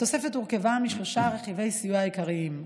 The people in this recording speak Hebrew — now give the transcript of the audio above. התוספת הורכבה משלושה רכיבי סיוע עיקריים.